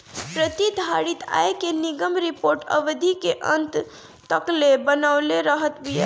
प्रतिधारित आय के निगम रिपोर्ट अवधि के अंत तकले बनवले रहत बिया